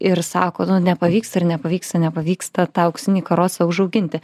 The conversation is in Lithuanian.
ir sako nepavyksta ir nepavyksta nepavyksta tą auksinį karosą užauginti